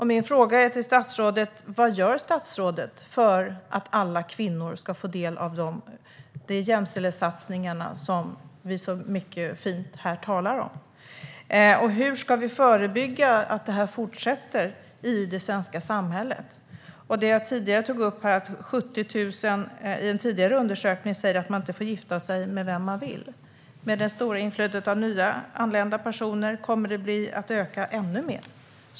Min fråga till statsrådet är: Vad gör statsrådet för att alla kvinnor ska få del av de jämställdhetssatsningar som vi så vackert talar om här? Och hur ska vi förebygga att detta inte fortsätter i det svenska samhället? I en tidigare undersökning säger 70 000 att man inte får gifta sig med vem man vill. Med det stora inflödet av nyanlända personer kommer det att öka ännu mer.